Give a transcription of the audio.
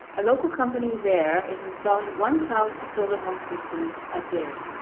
a local company there is installing one thousand solar home systems a day.